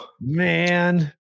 man